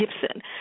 Gibson